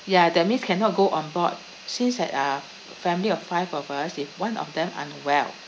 ya that means cannot go on board since had uh family of five of us if one of them unwell